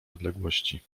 odległości